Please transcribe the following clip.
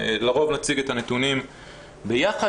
לרוב נציג את הנתונים ביחד,